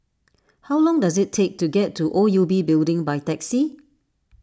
how long does it take to get to O U B Building by taxi